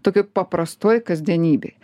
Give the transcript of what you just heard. tokioj paprastoj kasdienybėj